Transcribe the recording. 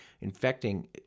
infecting